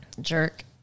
Jerk